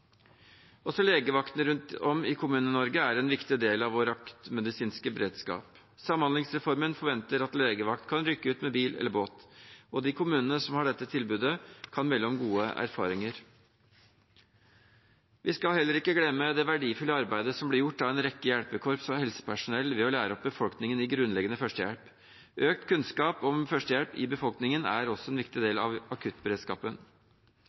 Også legevaktene rundt om i Kommune-Norge er en viktig del av vår akuttmedisinske beredskap. Samhandlingsreformen forventer at legevakten kan rykke ut med bil eller båt, og de kommunene som har dette tilbudet, kan melde om gode erfaringer. Vi skal heller ikke glemme det verdifulle arbeidet som blir gjort av en rekke hjelpekorps og helsepersonell, ved at de lærer opp befolkningen i grunnleggende førstehjelp. Økt kunnskap om førstehjelp i befolkningen er også en viktig del av akuttberedskapen.